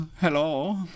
Hello